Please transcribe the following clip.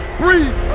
breathe